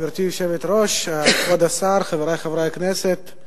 גברתי היושבת-ראש, כבוד השר, חברי חברי הכנסת,